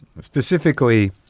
specifically